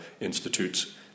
institutes